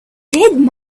did